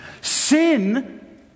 Sin